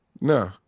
no